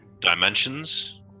dimensions